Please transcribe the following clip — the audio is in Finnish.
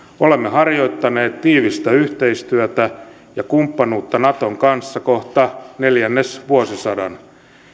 olemme harjoittaneet tiivistä yhteistyötä ja kumppanuutta naton kanssa kohta neljännesvuosisadan